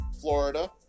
Florida